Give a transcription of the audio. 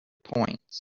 points